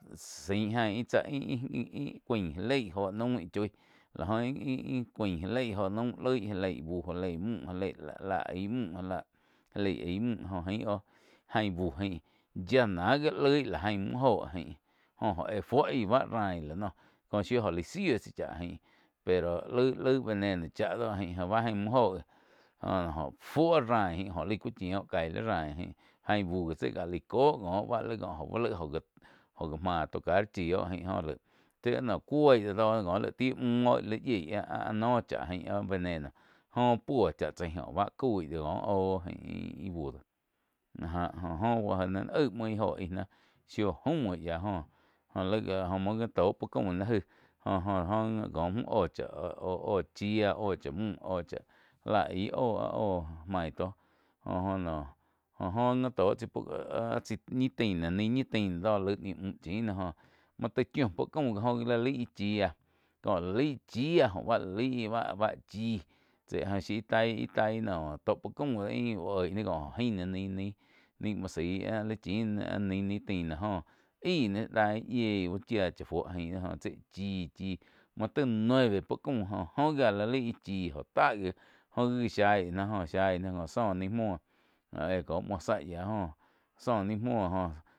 Zain jain ih tsá ih-ih cuain ja lei óho naum íh choi la jo ih-ih cuain ja lei joh naum loih ja lei, ja lei müh ja lei ja lah eih múh ja leih aih müh joh ain bu jain yiá nah ji loh la jain muh joh ain, jo-jo éh fuo ai báh rain la noh ko shiu jo laih siu tsá cha jain pero laig laig veneno cha do ain ba ain mu joh oh fuo rain aí cu cheu kai li rain jain buh tsi ka lai cóh co bá laih ba-ba lai jo jáh máh tocar chu ain jo lai cuo ih do lai ti mu oh yiei áh noh ain áh veneno joh puo cha tsáh áh cau ih doh có óh oh ih buh do áh jah oh joh nain aig muo ih íh jo do náh shiu jo jaum muoh. Joh laig muoh ja tó puo caum ni jaig jo-jo oh gi ko múh oh cháh oh chíah oh cha muh já lah aih oh main tó jo-jo noh jo oh ni tó chai áh-áh chai ñi tina ñi tina do laig ni muh chun joh muo taig chiu puo caum joh gi ga laih áih chía có la laih chíah báh la laig báh chí shiu ih tai ih taih noh puo caum ih ja uh oih có jo jain na naih muoh zaih áh li chin ná áh ni tina joh ain na yieh uh chiá yieh uh chía cha fuo jain tsi chi-chi muo taih nuevo puo caum joh oh gia la laih chih jo ta gi oh gi zhai na zhai sóh ni muoh óh éh có muoh záh yiá joh zóh ni muoh.